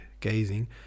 gazing